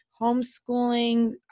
homeschooling